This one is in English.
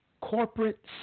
Corporate